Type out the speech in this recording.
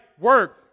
work